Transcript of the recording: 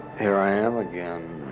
here i am again